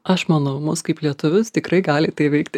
aš manau mus kaip lietuvius tikrai gali tai veikti